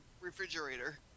refrigerator